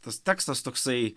tas tekstas toksai